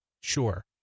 Sure